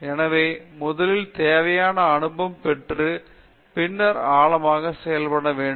எனவே முதலில் தேவையான அனுபவம் பெற்று பின்னர் ஆழமாக செயல்பட வேண்டும்